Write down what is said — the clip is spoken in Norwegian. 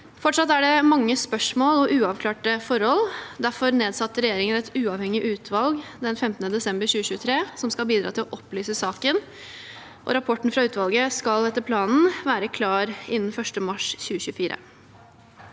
Fortsatt er det mange spørsmål og uavklarte forhold. Derfor nedsatte regjeringen 15. desember 2023 et uavhengig utvalg som skal bidra til å opplyse saken, og rapporten fra utvalget skal etter planen være klar innen 1. mars 2024.